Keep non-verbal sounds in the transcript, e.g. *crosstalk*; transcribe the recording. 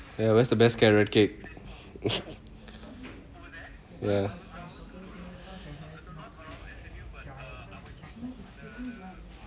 ya where's the best carrot cake *breath* ya